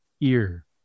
ear